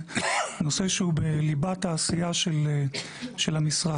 זה נושא שהוא בליבת העשייה של המשרד.